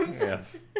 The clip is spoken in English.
yes